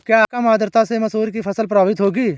क्या कम आर्द्रता से मसूर की फसल प्रभावित होगी?